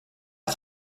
let